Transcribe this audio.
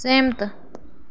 सैह्मत